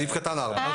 אה, אוקי.